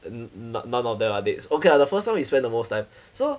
and none none of them are dates okay lah the first time we spent the most time so